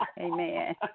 Amen